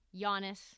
Giannis